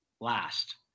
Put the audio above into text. last